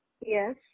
Yes